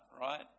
right